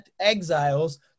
exiles